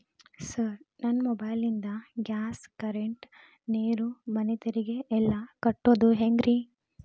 Sir ನನ್ನ mobile ನಿಂದ gas, current, ನೇರು, ಮನೆ ತೆರಿಗೆ ಎಲ್ಲಾ ಕಟ್ಟೋದು ಹೆಂಗ್ರಿ?